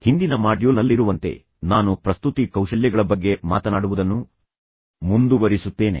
ಹಿಂದಿನ ಮಾಡ್ಯೂಲ್ನಲ್ಲಿರುವಂತೆ ನಾನು ಪ್ರಸ್ತುತಿ ಕೌಶಲ್ಯಗಳ ಬಗ್ಗೆ ಮಾತನಾಡುವುದನ್ನು ಮುಂದುವರಿಸುತ್ತೇನೆ